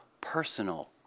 personal